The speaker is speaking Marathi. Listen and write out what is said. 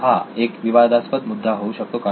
हा एक विवादास्पद मुद्दा होऊ शकतो का